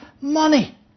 money